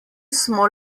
smo